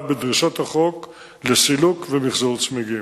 בדרישות החוק לסילוק ומיחזור של צמיגים.